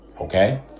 Okay